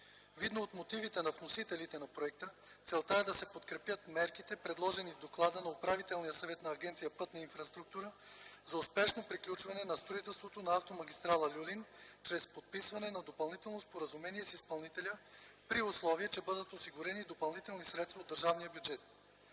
Видно от мотивите на вносителите на проекта, целта е да се подкрепят мерките, предложени в Доклада на Управителния съвет на Агенция „Пътна инфраструктура” за успешно приключване на строителството на Автомагистрала „Люлин”, чрез подписване на допълнително споразумение с изпълнителя, при условие че бъдат осигурени допълнителни средства от държавния бюджет.